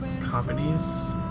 companies